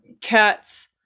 cats